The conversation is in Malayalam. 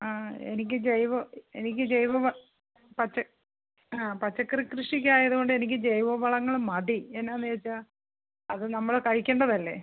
ആ എനിക്ക് ജൈവ എനിക്ക് ജൈവ വ പച്ച ആ പച്ചക്കറി കൃഷിക്കായത് കൊണ്ട് എനിക്ക് ജൈവ വളങ്ങൾ മതി എന്നാന്ന് ചോദിച്ചാൽ അത് നമ്മൾ കഴിക്കേണ്ടതല്ലേ